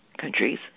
countries